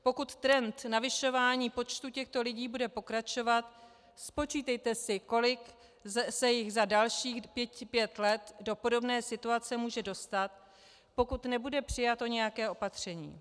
Pokud trend navyšování počtu těchto lidí bude pokračovat, spočítejte si, kolik se jich za dalších pět let do podobné situace může dostat, pokud nebude přijato nějaké opatření.